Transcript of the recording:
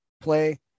play